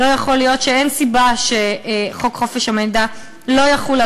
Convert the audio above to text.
ואין סיבה שחוק חופש המידע לא יחול על